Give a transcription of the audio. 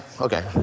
Okay